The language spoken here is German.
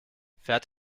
fährt